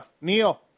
Neil